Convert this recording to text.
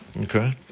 Okay